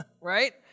right